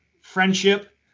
friendship